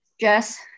Jess